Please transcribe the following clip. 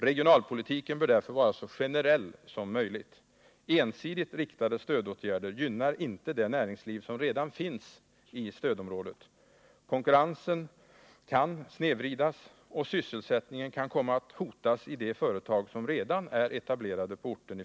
Regionalpolitiken bör därför vara så generell som möjligt. Ensidigt riktade stödåtgärder gynnar inte det näringsliv som redan finns i stödområdet. Konkurrensen kan snedvridas och sysselsättningen kan komma att hotas i de företag som redan är etablerade på orten.